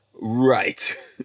Right